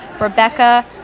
Rebecca